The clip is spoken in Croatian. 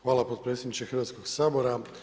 Hvala, potpredsjedniče Hrvatskoga sabora.